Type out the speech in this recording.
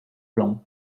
blanc